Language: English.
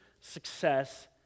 success